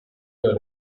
your